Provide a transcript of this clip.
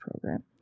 program